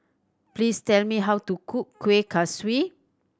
please tell me how to cook Kueh Kaswi